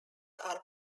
are